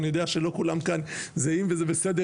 אני יודע שלא כולם כאן זהים וזה בסדר,